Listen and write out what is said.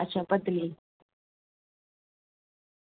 अच्छा पत्तली